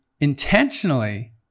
intentionally